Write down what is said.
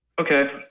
Okay